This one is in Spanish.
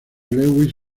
lewis